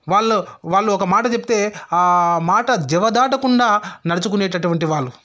వాళ్ళు వాళ్ళు ఒకమాట చెపితే ఆ మాట జవదాటకుండా నడుచుకునేటటువంటి వాళ్ళు